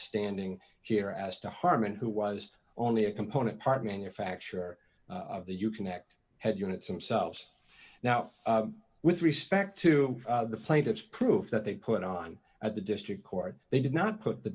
standing here as to harmon who was only a component part manufacturer of the you connect had units themselves now with respect to the plaintiffs proved that they put on at the district court they did not put the